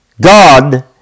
God